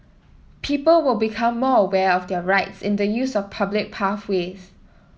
people will become more aware of their rights in the use of public pathways